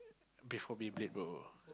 before Beyblade bro